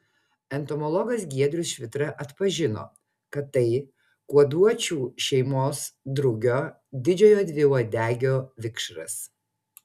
entomologas giedrius švitra atpažino kad tai kuoduočių šeimos drugio didžiojo dviuodegio vikšras